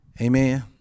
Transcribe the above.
amen